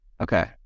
Okay